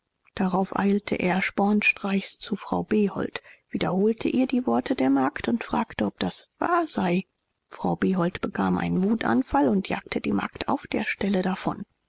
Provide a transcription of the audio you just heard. darauf eilte er spornstreichs zu frau behold wiederholte ihr die worte der magd und fragte ob das wahr sei frau behold bekam einen wutanfall und jagte die magd auf der stelle davon